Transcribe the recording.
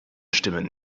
stimmen